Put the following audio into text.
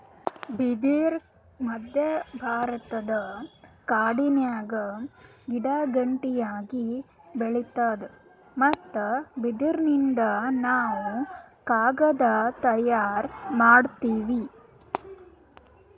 ಬಿದಿರ್ ಮಧ್ಯಭಾರತದ ಕಾಡಿನ್ಯಾಗ ಗಿಡಗಂಟಿಯಾಗಿ ಬೆಳಿತಾದ್ ಮತ್ತ್ ಬಿದಿರಿನಿಂದ್ ನಾವ್ ಕಾಗದ್ ತಯಾರ್ ಮಾಡತೀವಿ